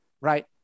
right